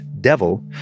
devil